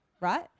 right